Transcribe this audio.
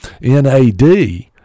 NAD